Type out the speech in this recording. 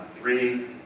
three